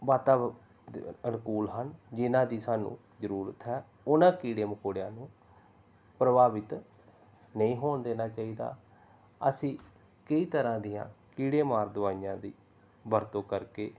ਵਾਤਾਵਰਨ ਅਨਕੂਲ ਹਨ ਜਿਨ੍ਹਾਂ ਦੀ ਸਾਨੂੰ ਜ਼ਰੂਰਤ ਹੈ ਉਹਨਾਂ ਕੀੜੇ ਮਕੌੜਿਆਂ ਨੂੰ ਪ੍ਰਭਾਵਿਤ ਨਹੀਂ ਹੋਣ ਦੇਣਾ ਚਾਹੀਦਾ ਅਸੀਂ ਕਈ ਤਰ੍ਹਾਂ ਦੀਆਂ ਕੀੜੇਮਾਰ ਦਵਾਈਆਂ ਦੀ ਵਰਤੋਂ ਕਰਕੇ